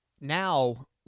now